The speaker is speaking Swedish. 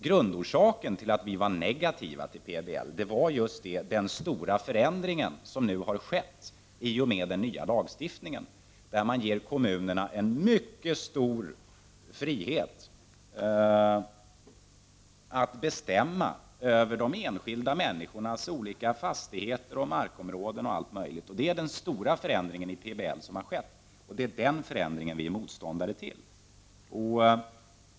Grundorsaken till att vi var negativa till PBL var just den stora förändring som nu har skett i och med den nya lagstiftningen. Kommunerna ges en mycket stor frihet att bestämma över de enskilda människornas fastigheter och markområden. Det är den stora förändring i PBL som har skett, och det är den förändringen vi är motståndare till.